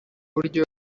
buryo